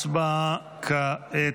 הצבעה כעת.